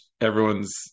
everyone's